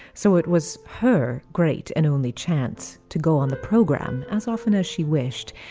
so it was her great and only chance to go on the program as often as she wished,